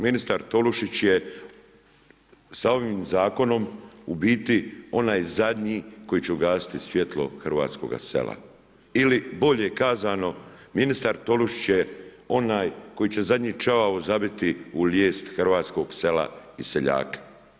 Ministar Tolušić je sa ovim zakonom u biti onaj zadnji koji će ugasiti svjetlo hrvatskoga sela ili bolje kazano, ministar Tolušić je onaj koji će zadnji čavao zabiti u lijes hrvatskog sela i seljaka.